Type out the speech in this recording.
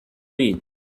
read